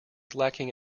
lacking